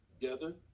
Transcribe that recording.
together